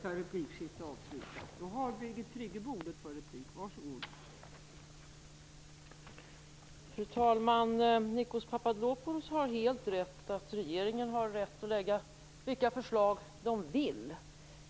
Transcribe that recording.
Fru talman! Nikos Papadopoulos har helt rätt att regeringen har rätt att lägga fram vilka förslag den vill.